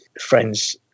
friends